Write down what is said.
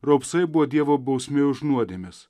raupsai buvo dievo bausmė už nuodėmes